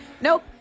Nope